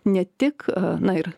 ne tik na ir